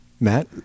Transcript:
Matt